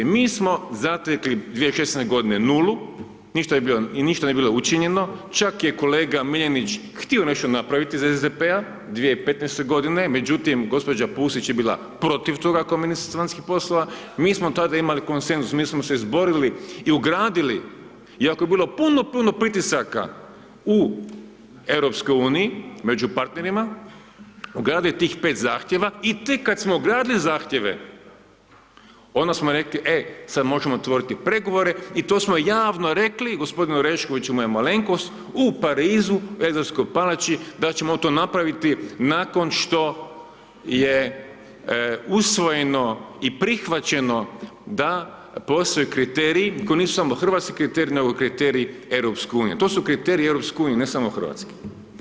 Mi smo zatekli 2016. nulu i ništa nije bilo učinjeno, čak je kolega Miljenić htio nešto napraviti iz SDP-a 2015. g., međutim gđa. Pusić je bila protiv toga kao ministrica vanjskih poslova, mi smo tada imali konsenzus, mi smo se izborili i ugradili iako je bilo puno, puno pritisaka u EU-u među partnerima ugraditi tih 5 zahtjeva i tek kad smo ugradili zahtjeve, onda smo rekli e, sad možemo otvoriti pregovore i to smo javno rekli i g. Orešković i moja malenkost u Parizu, Elizejskoj palači da ćemo ti napraviti nakon što je usvojeno i prihvaćeno da postoje kriteriji koji nisu samo hrvatski kriteriji nego i kriteriji EU-a, to su kriteriji EU-a ne samo hrvatski.